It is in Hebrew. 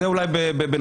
זה אולי בנוסף.